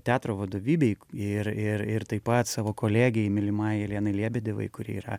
teatro vadovybei ir ir ir taip pat savo kolegei mylimajai lenai liebedevai kuri yra